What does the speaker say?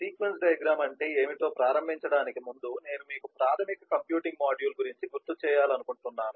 sequence diagram అంటే ఏమిటో ప్రారంభించడానికి ముందు నేను మీకు ప్రాథమిక కంప్యూటింగ్ మాడ్యూల్ గురించి గుర్తు చేయాలనుకుంటున్నాను